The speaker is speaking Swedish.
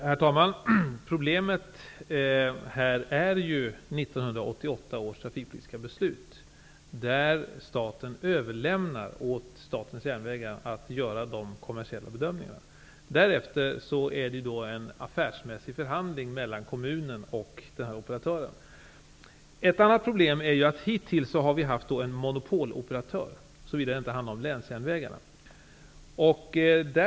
Herr talman! Problemet här är ju 1988 års trafikpolitiska beslut, där staten överlämnar åt Statens järnvägar att göra de kommersiella bedömningarna. Därefter rör det sig om en affärsmässig förhandling mellan kommunen och denna operatör. Ett annat problem är att vi hittills haft en monopoloperatör, såvida det inte har handlat om länsjärnvägarna.